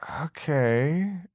okay